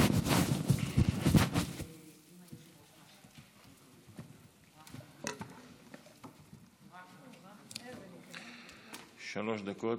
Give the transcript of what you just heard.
שלוש דקות,